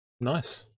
Nice